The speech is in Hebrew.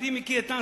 ידידי מיקי איתן,